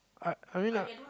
I I mean like